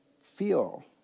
feel